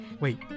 Wait